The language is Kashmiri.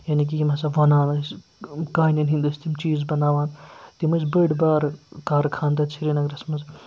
یعنی کہِ یِم ہَسا وۄنان ٲسۍ کانٮ۪ن ہِنٛدۍ ٲسۍ تِم چیٖز بَناوان تِم ٲسۍ بٔڑۍ بارٕ کارخان تَتہِ سرینَگرَس منٛز